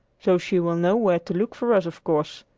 so she will know where to look for us, of course,